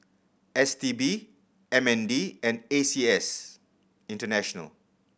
S T B M N D and A C S International